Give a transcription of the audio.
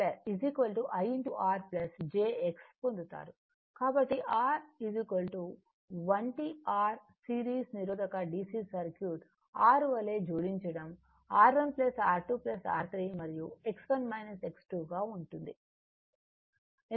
కాబట్టి R వంటి r series నిరోధకత dc సర్క్యూట్ R వలె జోడించడం R1 R2 R3 మరియు X1 X2 గా ఉంటుంది